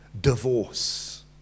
divorce